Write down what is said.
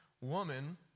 woman